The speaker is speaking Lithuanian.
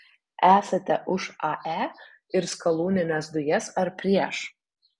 esate už ae ir skalūnines dujas ar prieš